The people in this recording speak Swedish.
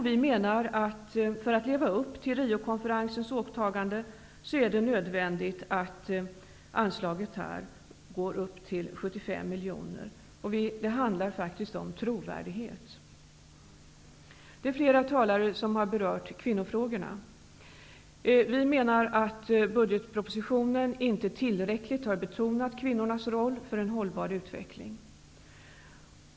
Vi menar att det för att leva upp till Riokonferensens åtagande är nödvändigt att anslaget här uppgår till 75 miljoner kronor. Det handlar faktiskt om trovärdighet. Flera talare har berört kvinnofrågorna. Vi menar att budgetpropositionen inte tillräckligt har betonat kvinnornas roll för en hållbar utveckling.